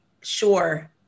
sure